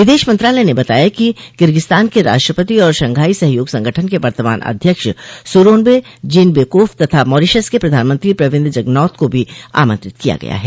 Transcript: विदेश मंत्रालय ने बताया कि किर्गिस्तान के राष्ट्रपति और शंघाई सहयोग संगठन के वर्तमान अध्यक्ष सूरोनबे जीनबेकोफ तथा मॉरीशस के प्रधानमंत्री प्रविन्द जगनॉथ को भी आमंत्रित किया गया है